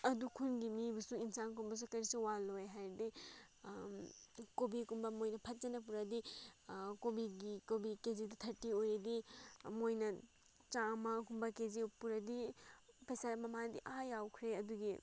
ꯑꯗꯨ ꯈꯨꯟꯒꯤ ꯃꯤꯕꯨꯁꯨ ꯑꯦꯟꯁꯥꯡꯒꯨꯝꯕꯁꯨ ꯀꯔꯤꯁꯨ ꯋꯥꯠꯂꯣꯏ ꯍꯥꯏꯕꯗꯤ ꯀꯣꯕꯤꯒꯨꯝꯕ ꯃꯣꯏꯅ ꯐꯖꯅ ꯄꯨꯔꯗꯤ ꯀꯣꯕꯤꯒꯤ ꯀꯣꯕꯤ ꯀꯦ ꯖꯤꯗ ꯊꯥꯔꯇꯤ ꯑꯣꯏꯔꯗꯤ ꯃꯣꯏꯅ ꯆꯥꯝꯃꯒꯨꯝꯕ ꯀꯦ ꯖꯤ ꯄꯨꯔꯗꯤ ꯄꯩꯁꯥ ꯃꯃꯜꯗꯤ ꯑꯥ ꯌꯧꯈ꯭ꯔꯦ ꯑꯗꯨꯒꯤ